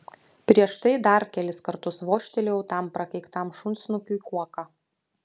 prieš tai dar kelis kartus vožtelėjau tam prakeiktam šunsnukiui kuoka